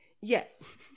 Yes